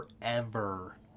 forever